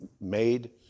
made